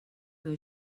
meu